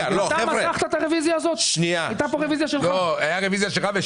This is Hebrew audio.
ביד אחת אתה מוריד וביד השנייה אתה נותן.